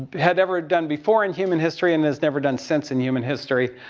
had ever done before in human history and has never done since in human history.